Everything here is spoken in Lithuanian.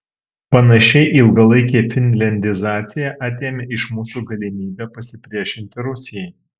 panašiai ilgalaikė finliandizacija atėmė iš mūsų galimybę pasipriešinti rusijai